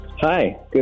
Hi